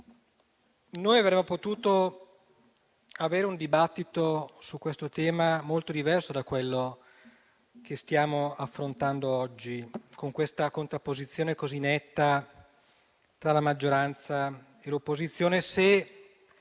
che avremmo potuto avere un dibattito su questo tema molto diverso da quello che stiamo affrontando oggi con questa contrapposizione così netta tra la maggioranza e l'opposizione, se